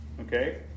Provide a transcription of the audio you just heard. Okay